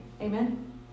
Amen